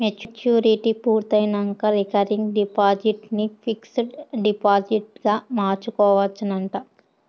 maturity పూర్తయినంక recurring deposit ని fixed డిపాజిట్గ మార్చుకోవచ్చునంట